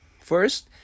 first